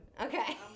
Okay